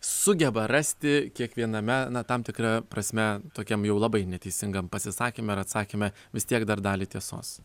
sugeba rasti kiekviename na tam tikra prasme tokiam jau labai neteisingam pasisakyme ar atsakyme vis tiek dar dalį tiesos